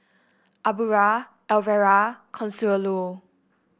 Aubra Alvera Consuelo